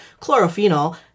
chlorophenol